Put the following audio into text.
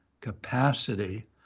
capacity